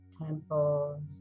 Temples